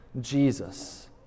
Jesus